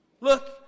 Look